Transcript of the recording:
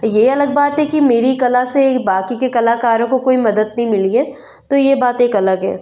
ये अलग बात है कि मेरी कला से बाकी के कालाकारों को कोई मदद नहीं मिली है तो ये बात एक अलग है